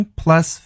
plus